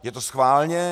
Je to schválně?